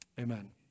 amen